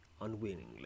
unwillingly